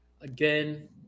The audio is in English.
again